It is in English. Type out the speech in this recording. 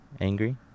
angry